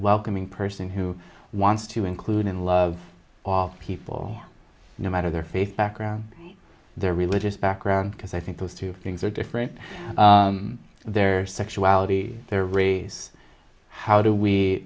welcoming person who wants to include and love all people no matter their faith background their religious background because i think those two things are different their sexuality their re how do we